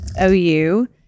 ou